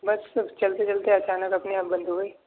بس اب چلتے چلتے اچانک اپنے آپ بند ہو گئی